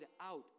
out